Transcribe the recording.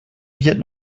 wird